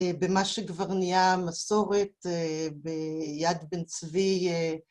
‫במה שכבר נהיה מסורת ביד בן צבי.